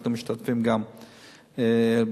אנחנו משתתפים גם ברכישה.